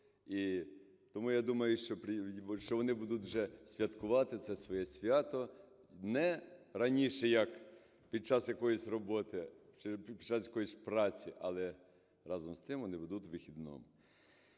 тому, я думаю, що вони будуть вже святкувати це своє свято, не раніше як під час якоїсь роботи, під час якоїсь праці, але, разом з тим, вони будуть на вихідному.